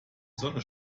sonne